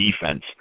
defense